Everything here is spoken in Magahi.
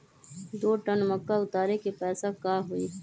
दो टन मक्का उतारे के पैसा का होई?